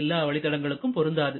எல்லா வழித்தடங்களும் பொருந்தாது